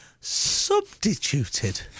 substituted